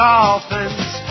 Dolphins